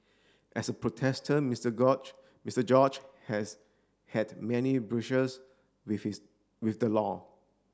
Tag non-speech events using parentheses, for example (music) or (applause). as a protester Mister (unintelligible) Mister George has had many (unintelligible) with his with the law